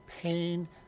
pain